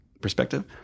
perspective